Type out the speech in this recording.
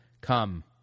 Come